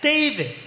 David